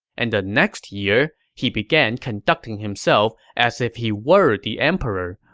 and the next year, he began conducting himself as if he were the emperor,